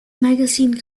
magazine